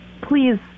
please